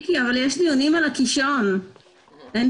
הישיבה ננעלה בשעה 12:01.